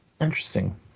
Interesting